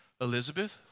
Elizabeth